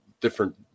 different